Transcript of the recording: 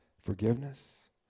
forgiveness